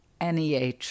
NEH